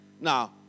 Now